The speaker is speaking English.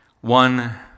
One